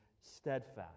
steadfast